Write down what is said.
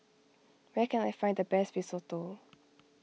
where can I find the best Risotto